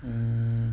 mm